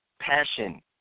passion